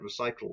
recycled